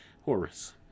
Horus